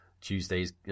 Tuesday's